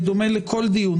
בדומה לכל דיון,